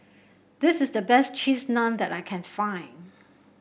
this is the best Cheese Naan that I can find